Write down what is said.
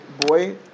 boy